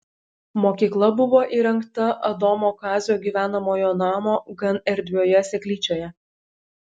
mokykla buvo įrengta adomo kazio gyvenamojo namo gan erdvioje seklyčioje